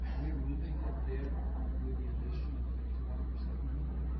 we're moving it there with the addition of the fifty one percent minimum,